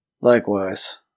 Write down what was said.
Likewise